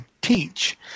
teach